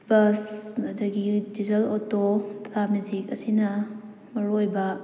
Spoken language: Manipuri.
ꯕꯁ ꯑꯗꯒꯤ ꯗꯤꯖꯜ ꯑꯣꯇꯣ ꯇꯥꯇꯥ ꯃꯦꯖꯤꯛ ꯑꯁꯤꯅ ꯃꯔꯨ ꯑꯣꯏꯕ